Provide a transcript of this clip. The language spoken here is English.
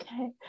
okay